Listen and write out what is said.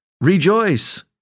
rejoice